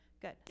good